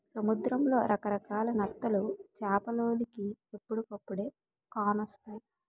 సముద్రంలో రకరకాల నత్తలు చేపలోలికి ఎప్పుడుకప్పుడే కానొస్తాయి